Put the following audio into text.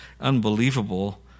unbelievable